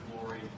glory